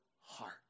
heart